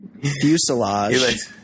fuselage